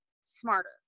smarter